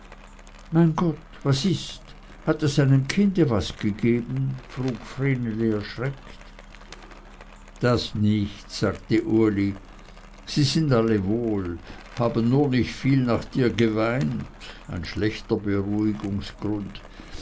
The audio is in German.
mein gott was ist hat es einem kinde was gegeben frug vreneli erschreckt das nicht sagte uli sie sind alle wohl haben nur nicht viel nach dir geweint ein schlechter